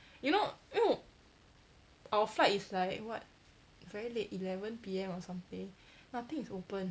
you know our flight is like what very late eleven P_M or something nothing is open